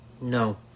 No